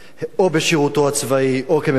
או בשירותו הצבאי או כמבקר,